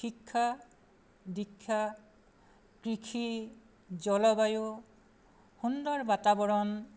শিক্ষা দীক্ষা কৃষি জলবায়ু সুন্দৰ বাতাৱৰণ